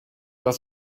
was